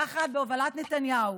יחד, בהובלת נתניהו,